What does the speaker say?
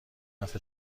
هفته